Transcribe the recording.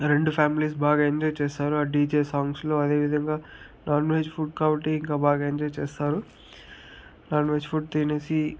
రెండు ఫ్యామిలీస్ బాగా ఎంజాయ్ చేస్తారు ఆ డిజే సాంగ్స్లో అదేవిధంగా నాన్వెజ్ ఫుడ్ కాబట్టి ఇంకా బాగా ఎంజాయ్ చేస్తారు నాన్వెజ్ ఫుడ్ తినేసి